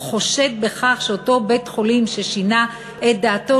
חושד שאותו בית-חולים ששינה את דעתו,